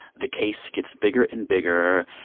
the case gets bigger and bigger.